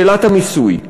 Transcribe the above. היא שאלת המיסוי.